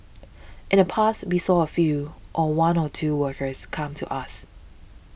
in the past we saw a few or one or two workers come to us